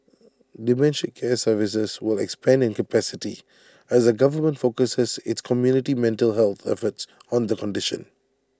dementia care services will expand in capacity as the government focuses its community mental health efforts on the condition